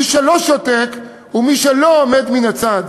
מי שלא שותק ומי שלא עומד מן הצד.